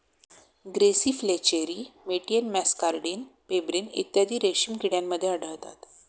grasserie flacherie मॅटियन muscardine pebrine इत्यादी रेशीम किड्यांमध्ये आढळतात